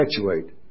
perpetuate